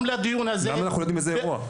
גם לדיון הזה --- למה אנחנו לא יודעים איזה אירוע?